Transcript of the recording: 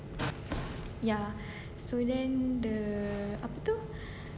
ya so then the apa tu err